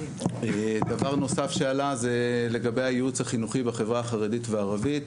ודבר נוסף שעלה זה לגבי הייעוץ החינוכי בחברה החרדית והערבית,